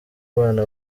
abana